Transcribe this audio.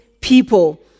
people